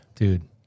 Dude